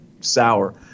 sour